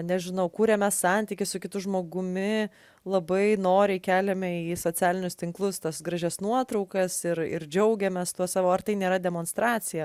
nežinau kuriame santykį su kitu žmogumi labai noriai keliame į socialinius tinklus tas gražias nuotraukas ir ir džiaugiamės tuo savo ar tai nėra demonstracija